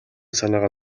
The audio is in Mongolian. санаагаа